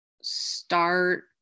start